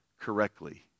correctly